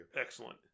excellent